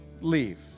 leave